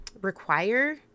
require